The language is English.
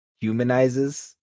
humanizes